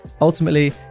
Ultimately